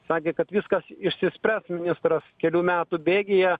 sakė kad viskas išsispręs ministras kelių metų bėgyje